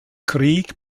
krieg